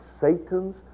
Satan's